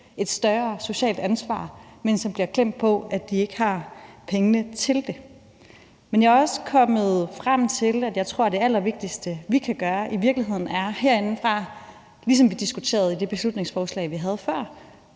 et større socialt ansvar, men som bliver klemt, i og med at de ikke har pengene til det. Men jeg er også kommet frem til, at jeg tror, at det allervigtigste, vi kan gøre herindefra, i virkeligheden er, ligesom vi diskuterede i forbindelse med det beslutningsforslag, vi havde før,